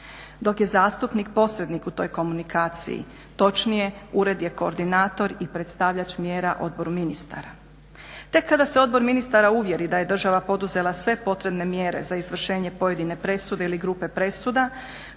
Dok je zastupnik posrednik u toj komunikaciji, točnije ured je koordinator i predstavljač mjera Odboru ministara. Tek kada se Odbor ministara uvjeri da je država poduzela sve potrebne mjere za izvršenje pojedine presude ili grupe presuda